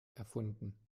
erfunden